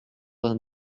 vingt